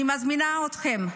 אני מזמינה אתכם,